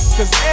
Cause